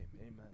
amen